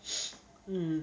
mm